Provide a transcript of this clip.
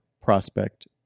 prospect